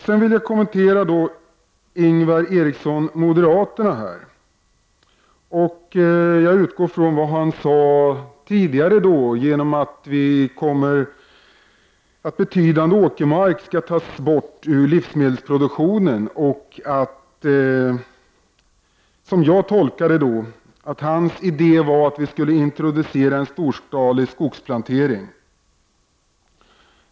Sedan vill jag kommentera det Ingvar Eriksson från moderaterna sade tidigare, att betydande åkermark skall tas bort ur livsmedelsproduktionen och att, som jag tolkade det, hans idé var att vi skulle introducera en storskalig skogsplantering.